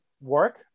work